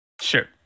sure